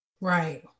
right